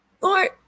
Lord